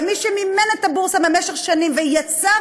ומי שמימן את הבורסה במשך שנים ויצר